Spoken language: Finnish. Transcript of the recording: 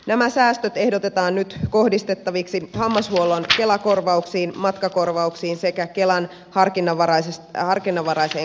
nämä säästöt ehdotetaan nyt kohdistettaviksi hammashuollon kela korvauksiin matkakor vauksiin sekä kelan harkinnanvaraiseen kuntoutukseen